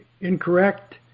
incorrect